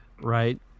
Right